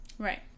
Right